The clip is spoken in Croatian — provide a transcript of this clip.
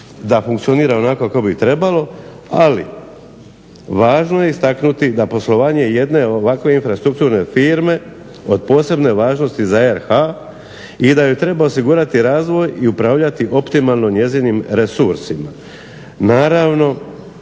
da funkcionira onako kako bi trebalo, ali važno je istaknuti da poslovanje jedne ovakve infrastrukturne firme od posebne važnosti za RH i da joj treba osigurati razvoj i upravljati optimalno njezinim resursima.